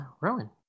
Rowan